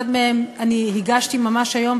אחד מהם הגשתי ממש היום,